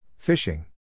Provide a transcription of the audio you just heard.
Fishing